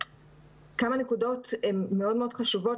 כמה נקודות הן מאוד מאוד חשובות,